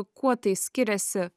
kuo tai skiriasi